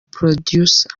producer